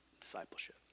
discipleship